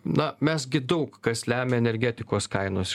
na mes gi daug kas lemia energetikos kainos